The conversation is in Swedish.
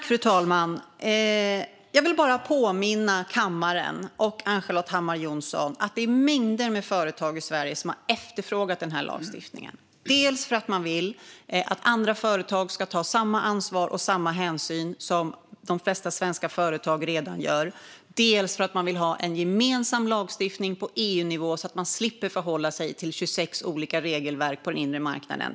Fru talman! Jag vill bara påminna kammaren och Ann-Charlotte Hammar Johnsson att det är mängder av företag i Sverige som har efterfrågat den här lagstiftningen, dels för att man vill att andra företag ska ta samma ansvar och samma hänsyn som de flesta svenska företag redan gör och dels för att man vill ha en gemensam lagstiftning på EU-nivå så att man slipper förhålla sig till 26 olika regelverk på den inre marknaden, till exempel.